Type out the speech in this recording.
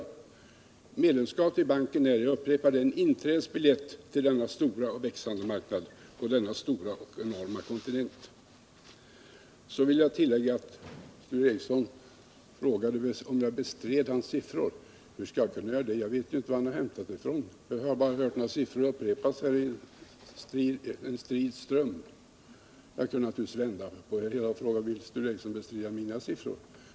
Jag upprepar att medlemskapet i banken är en inträdesbiljett till en stor och växande marknad på denna enorma kontinent. Sture Ericson frågade om jag bestred hans siffror. Hur skall jag kunna göra det? Jag vet ju inte varifrån han har hämtat dem. Jag har bara hört siffror räknas upp här i en strid ström. Jag kunde naturligtvis vända på frågan och säga: Vill herr Ericson bestrida mina siffror?